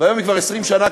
והיום היא כבר כמעט 20 שנה,